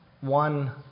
one